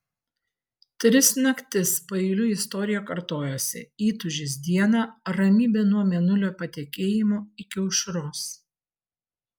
tris naktis paeiliui istorija kartojosi įtūžis dieną ramybė nuo mėnulio patekėjimo iki aušros